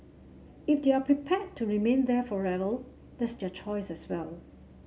if they are prepared to remain there forever that's their choice as well